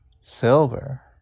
Silver